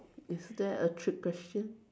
is that a trick question